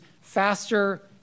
faster